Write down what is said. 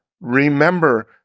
Remember